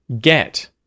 Get